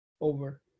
over